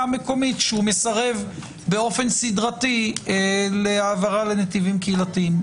המקומית שהוא מסרב באופן סידרתי להעברה לנתיבים קהילתיים.